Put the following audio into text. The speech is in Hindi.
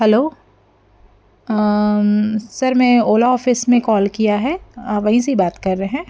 हेलो सर मैं ओला औफ़ीस में कौल किया है आप वहीं से बात कर रहे हैं